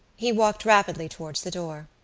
he walked rapidly towards the door.